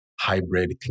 hybrid